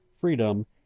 freedom